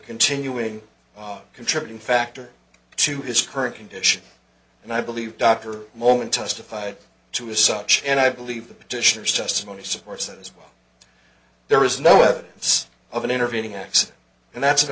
continuing contributing factor to his current condition and i believe dr moment testified to is such and i believe the petitioner's testimony supports this but there is no evidence of an intervening x and that's a